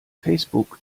facebook